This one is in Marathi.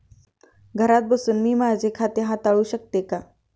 घरात बसून मी माझे खाते हाताळू शकते का?